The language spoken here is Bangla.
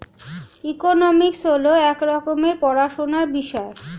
ইকোনমিক্স হল এক রকমের পড়াশোনার বিষয়